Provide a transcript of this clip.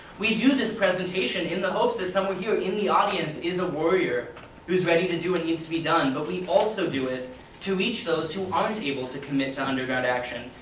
we do this presentation in the hopes that someone here in the audience is a warrior who is ready to do what needs to be done, but we also do it to reach those who aren't able to commit to underground action,